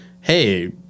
hey